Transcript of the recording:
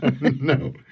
No